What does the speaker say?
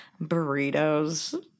burritos